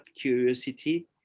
curiosity